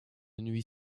nuit